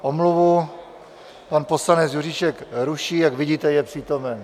Omluvu pan poslanec Juříček ruší, jak vidíte, je přítomen.